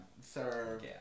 serve